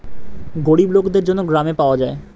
গরিব লোকদের জন্য গ্রামে পাওয়া যায়